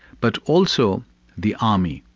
but also the army,